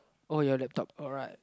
oh ya laptop alright